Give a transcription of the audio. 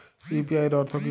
UPI এর অর্থ কি?